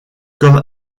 comme